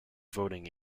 voting